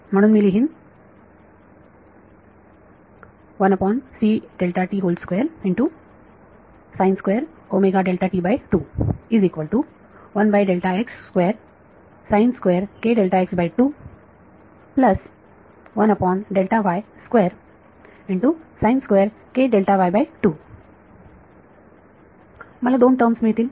म्हणून मी लिहिन मला दोन टर्म मिळतील